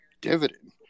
dividend